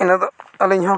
ᱤᱱᱟᱹ ᱫᱚ ᱟᱹᱞᱤᱧ ᱦᱚᱸ